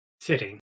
Sitting